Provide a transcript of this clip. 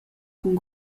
cun